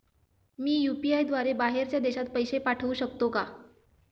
मी UPI द्वारे बाहेरच्या देशात पैसे पाठवू शकतो का?